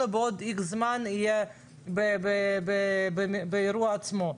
אנחנו בעוד X זמן נהיה באירוע עצמו.